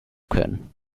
können